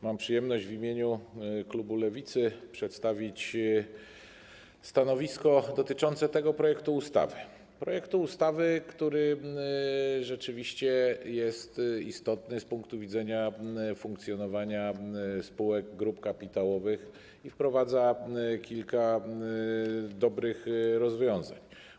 Mam przyjemność w imieniu klubu Lewicy przedstawić stanowisko dotyczące projektu ustawy, który rzeczywiście jest istotny z punktu widzenia funkcjonowania spółek, grup kapitałowych i wprowadza kilka dobrych rozwiązań.